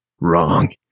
Wrong